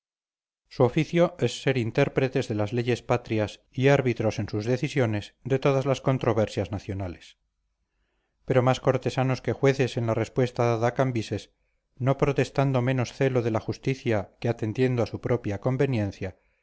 su oficio es ser intérpretes de las leyes patrias y árbitros en sus decisiones de todas las controversias nacionales pero más cortesanos que jueces en la respuesta dada a cambises no protestando menos celo de la justicia que atendiendo a su propia conveniencia